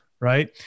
right